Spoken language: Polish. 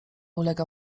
ulega